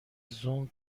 زوم